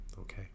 Okay